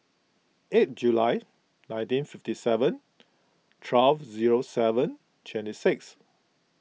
eight July nineteen fifty seven twelve zero seven twenty six